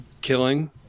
killing